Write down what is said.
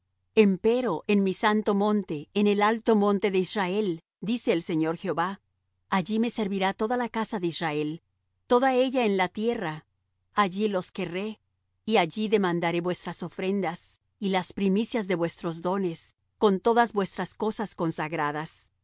ídolos empero en mi santo monte en el alto monte de israel dice el señor jehová allí me servirá toda la casa de israel toda ella en la tierra allí los querré y allí demandaré vuestras ofrendas y las primicias de vuestros dones con todas vuestras cosas consagradas